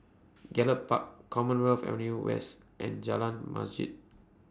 Gallop Park Commonwealth Avenue West and Jalan Masjid